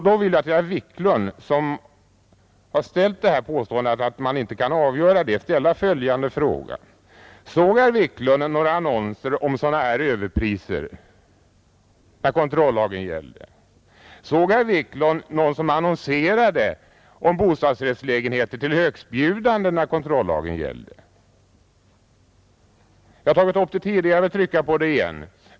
Då vill jag till herr Wiklund, som här påstod att man inte kunde avgöra detta, ställa frågan: Såg herr Wiklund några annonser om sådana här överpriser när kontrollagen gällde? Såg herr Wiklund någon som annonserade om bostadsrättslägenheter till högstbjudande när kontrollagen gällde? Jag har tagit upp detta tidigare och vill trycka på det igen.